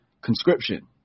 conscription